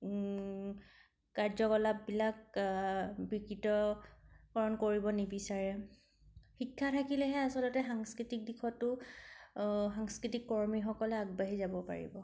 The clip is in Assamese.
কাৰ্য্যকলাপবিলাক বিকৃতকৰণ কৰিব নিবিচাৰে শিক্ষা থাকিলেহে আচলতে সাংস্কৃতিক দিশটো সাংস্কৃতিক কৰ্মীসকলে আগবাঢ়ি যাব পাৰিব